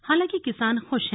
हालांकि किसान खुश हैं